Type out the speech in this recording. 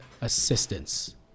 assistance